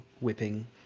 whipping